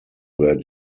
were